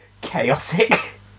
Chaotic